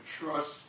trust